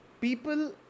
people